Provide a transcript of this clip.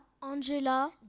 Angela